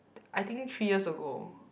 I think three years ago